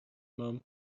mom